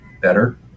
better